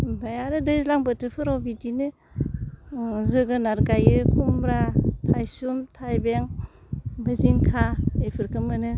आमफाय आरो दैज्लां बोथोरफोराव बिदिनो जोगोनार गायो खुमब्रा थाइसुम थाइबें बाय जिंखा बेफोरखौ मोनो